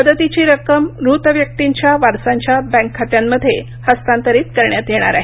मदतीची रक्कम मृत व्यक्तीच्या वारसांच्या बँक खात्यामध्ये हस्तांतरीत करण्यात येणार आहे